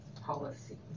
policy